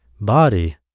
body